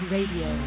Radio